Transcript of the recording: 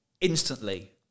instantly